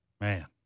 Man